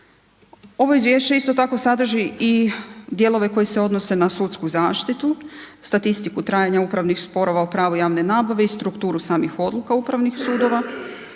Ovo izvješće isto tako sadrži i dijelove koji se odnose na sudsku zaštitu, statistiku trajanja upravnih sporova o pravu javne nabave i strukturu samih odluka upravnih sudova.